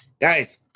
guys